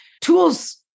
Tools